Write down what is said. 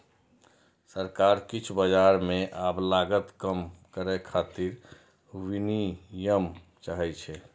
सरकार किछु बाजार मे आब लागत कम करै खातिर विनियम चाहै छै